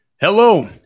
Hello